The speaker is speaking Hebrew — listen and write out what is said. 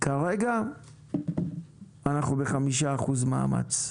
כרגע אנחנו ב-5% מאמץ.